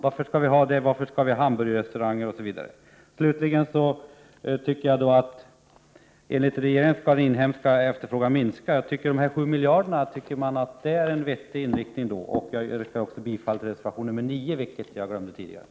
Varför skall vi ha hamburgerrestauranger osv.? Enligt regeringen skall den inhemska efterfrågan minska. Tycker man att de 7 miljarderna då är en vettig inriktning? Jag yrkar bifall också till reservation 9, vilket jag glömde tidigare.